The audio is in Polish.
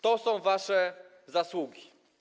To są wasze zasługi.